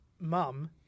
mum